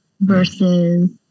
versus